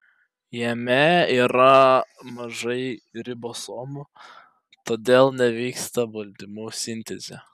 jame yra mažai ribosomų todėl nevyksta baltymų sintezė